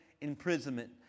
imprisonment